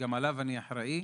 שגם עליו אני אחראי,